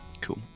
Cool